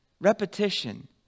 repetition